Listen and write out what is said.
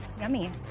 Yummy